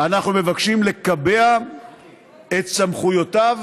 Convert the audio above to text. אנחנו מבקשים לקבע את סמכויותיו,